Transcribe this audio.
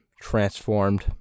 transformed